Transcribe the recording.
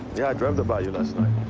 yeah i dreamt about you last night.